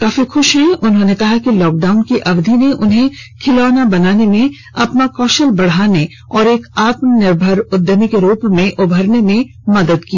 काफी खुश मनोज ने कहा कि लॉकडाउन की अवधि ने उन्हें खिलौना बनाने में अपने कौशल को बढ़ाने और एक आत्मनिर्भर उद्यमी के रूप में उभरने में मदद की